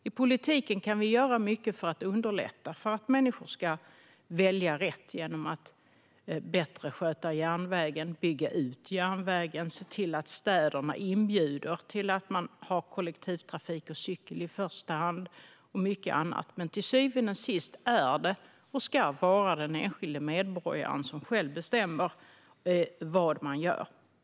I politiken kan vi göra mycket för att underlätta för människor att välja rätt genom att sköta järnvägen bättre och bygga ut den, se till att städerna inbjuder till att man har kollektivtrafik och cykel i första hand och mycket annat. Men till syvende och sist är det och ska det vara den enskilde medborgaren som själv bestämmer vad den gör.